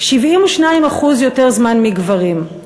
72% יותר זמן מגברים,